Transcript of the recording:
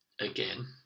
again